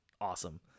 awesome